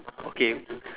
okay